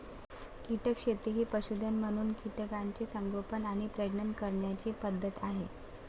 कीटक शेती ही पशुधन म्हणून कीटकांचे संगोपन आणि प्रजनन करण्याची पद्धत आहे